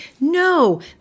No